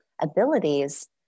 abilities